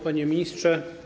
Panie Ministrze!